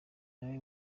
nawe